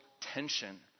tension